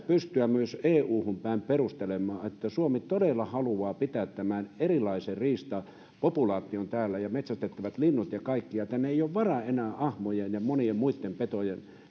pystyä myös euhun päin perustelemaan että suomi todella haluaa pitää tämän erilaisen riistapopulaation täällä ja metsästettävät linnut ja kaikki ja että tänne ei ole varaa enää ahmojen ja susien ja monien muitten petojen